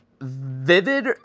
vivid